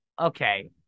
okay